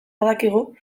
badakigu